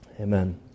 Amen